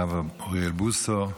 הרב אוריאל בוסו.